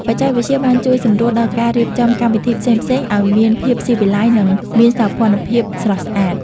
បច្ចេកវិទ្យាបានជួយសម្រួលដល់ការរៀបចំកម្មវិធីផ្សេងៗឱ្យមានភាពស៊ីវិល័យ និងមានសោភ័ណភាពស្រស់ស្អាត។